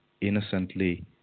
innocently